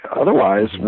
Otherwise